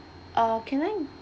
uh can I